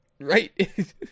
right